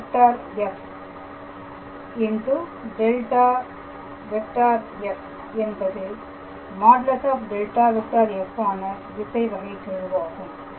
∇⃗⃗ f என்பது |∇⃗⃗ f| ஆன திசை வகை கெழுவாகும்